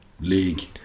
league